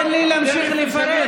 תן לי להמשיך לפרט.